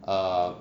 err